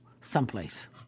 someplace